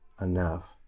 enough